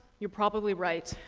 you're probably right!